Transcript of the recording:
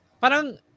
parang